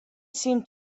seemed